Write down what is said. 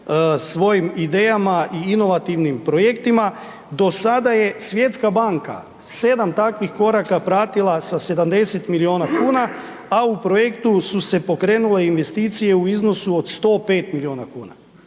svojim idejama i inovativnim projektima. Do sada je Svjetska banka 7 takvih koraka pratila sa 70 miliona kuna, a u projektu su se pokrenule investicije u iznosu od 105 miliona kuna.